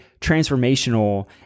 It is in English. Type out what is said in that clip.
transformational